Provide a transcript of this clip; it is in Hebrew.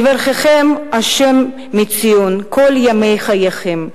יברככם השם מציון כל ימי חייכם,